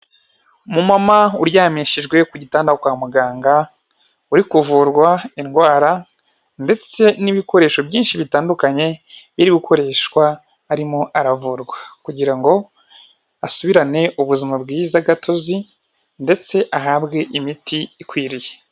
Umu mama uryamishijwe ku gitanda kwa muganga, uri kuvurwa indwara ndetse n'ibikoresho byinshi bitandukanye biri gukoreshwa arimo aravurwa, kugira ngo asubirane ubuzima bwiza gatozi, ndetse ahabwe imiti ikwiriye.